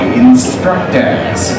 instructors